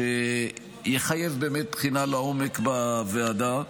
שיחייב באמת בחינה לעומק בוועדה.